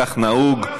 כך נהוג.